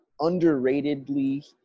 underratedly